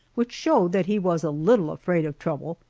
which showed that he was a little afraid of trouble,